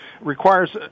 requires